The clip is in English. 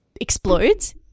explodes